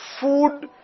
food